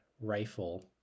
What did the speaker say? rifle